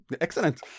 Excellent